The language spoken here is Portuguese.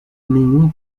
nenhum